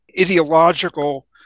ideological